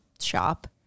Shop